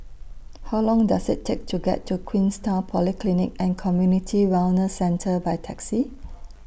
How Long Does IT Take to get to Queenstown Polyclinic and Community Wellness Centre By Taxi